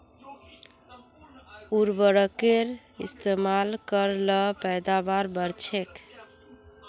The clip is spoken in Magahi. उर्वरकेर इस्तेमाल कर ल पैदावार बढ़छेक